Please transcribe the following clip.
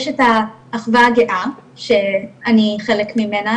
יש את האחווה הגאה שאני חלק ממנה,